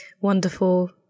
wonderful